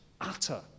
utter